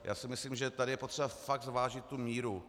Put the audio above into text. Já si myslím, že tady je potřeba fakt zvážit tu míru.